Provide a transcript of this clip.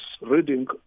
reading